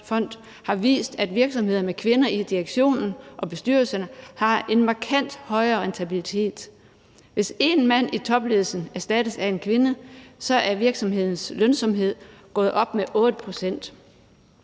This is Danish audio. har vist, at virksomheder med kvinder i direktionen og bestyrelserne har en markant højere rentabilitet. Hvis én mand i topledelsen erstattes af en kvinde, stiger virksomhedens lønsomhed med 8 pct.